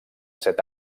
set